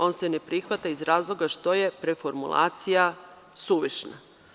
On se ne prihvata iz razloga što je preformulacija suvišna.